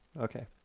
Okay